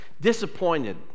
Disappointed